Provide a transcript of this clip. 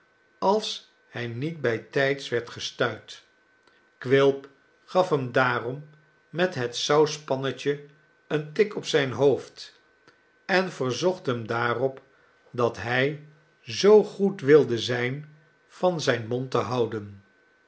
als hij niet bijtijds werd gestuit quilp gaf hem daarom met het sauspannetje een tik op zijn hoofd en verzocht hem daarop dat hij zoo goed wilde zijn van zijn mond te houden